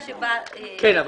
כתוב.